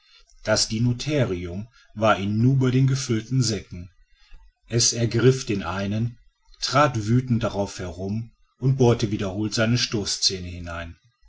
das dinotherium war in einem nu bei den gefüllten säcken es ergriff den einen trat wütend darauf herum und bohrte wiederholt seine stoßzähne hinein